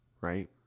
right